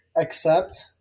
accept